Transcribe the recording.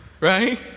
right